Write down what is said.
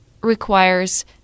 requires